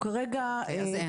אז אין.